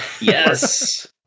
yes